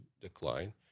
decline